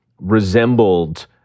resembled